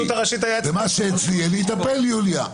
ומה שאצלי אני אטפל, יוליה.